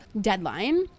deadline